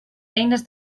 eines